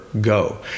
go